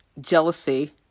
jealousy